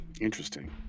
Interesting